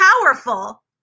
powerful